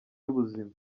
y’ubuzima